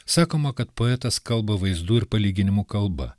sakoma kad poetas kalba vaizdų ir palyginimų kalba